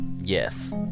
Yes